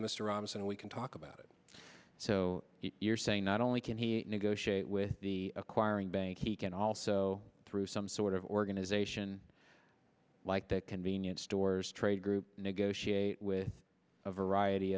surrounds and we can talk about it so you're saying not only can he negotiate with the acquiring bank he can also through some sort of organization like the convenience stores trade group negotiate with a variety